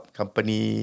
company